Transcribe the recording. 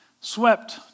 swept